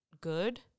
good